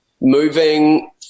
moving